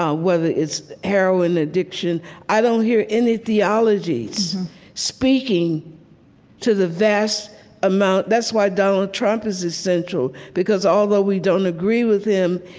ah whether it's heroin addiction i don't hear any theologies speaking to the vast amount that's why donald trump is essential, because although we don't agree with him,